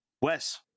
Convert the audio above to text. wes